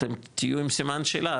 אתם תהיו עם סימן שאלה,